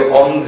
on